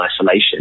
isolation